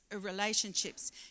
relationships